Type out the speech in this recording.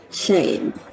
Shame